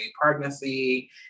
pregnancy